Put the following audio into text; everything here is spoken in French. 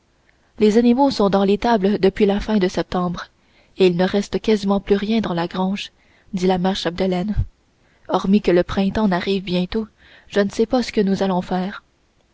les animaux sont dans l'étable depuis la fin de septembre et il ne reste quasiment plus rien dans la grange dit la mère chapdelaine hormis que le printemps n'arrive bientôt je ne sais pas ce que nous allons faire